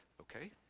okay